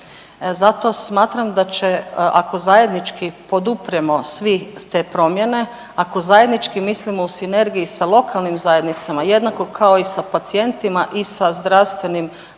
Zato smatram da će ako zajednički podupremo svi te promjene, ako zajednički mislimo u sinergiji sa lokalnim zajednicama jednako kao i sa pacijentima i sa zdravstvenim radnicima